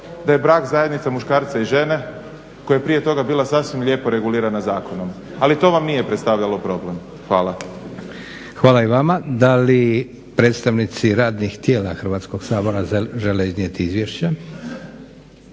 da je brak zajednica muškarca i žene koja je prije toga bila sasvim lijepo regulirana zakonom. Ali to vam nije predstavljalo problem. Hvala. **Leko, Josip (SDP)** Hvala i vama. Da li predstavnici radnih tijela Hrvatskog sabora žele iznijeti izvješće?